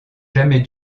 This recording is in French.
jamais